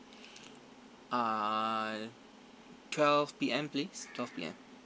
uh twelve P_M please twelve P_M